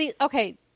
Okay